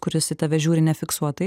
kuris į tave žiūri nefiksuotai